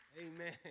Amen